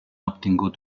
obtingut